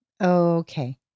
Okay